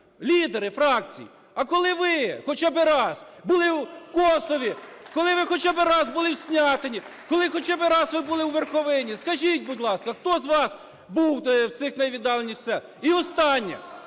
лідери фракцій, а коли ви, хоча би раз, були в Косові, коли ви хоча би раз були в Снятині, коли хоча би раз були в Верховині, скажіть, будь ласка, хто з вас був у цих найвіддаленіших…? І останнє.